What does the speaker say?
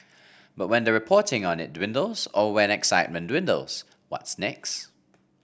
but when the reporting on it dwindles or when excitement dwindles what's next